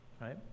Right